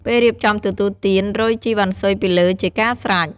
ពេលរៀបចំទទួលទាន រោយជីរវ៉ាន់ស៊ុយពីលើជាការស្រេច។